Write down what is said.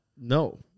No